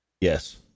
Yes